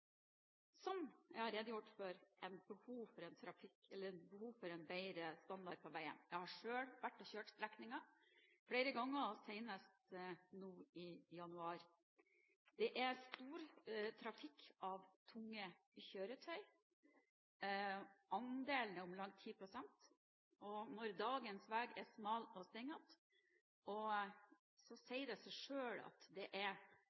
Som jeg har redegjort for, er det behov for en bedre standard på veien. Jeg har selv kjørt strekningen flere ganger, senest nå i januar. Det er stor trafikk av tunge kjøretøy – andelen er om lag 10 pst. – og når dagens vei er smal og svingete, sier det seg selv at det